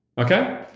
Okay